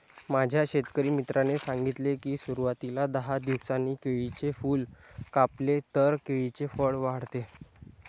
माझ्या शेतकरी मित्राने सांगितले की, सुरवातीला दहा दिवसांनी केळीचे फूल कापले तर केळीचे फळ वाढते